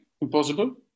Impossible